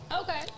Okay